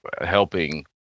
helping